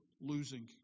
losing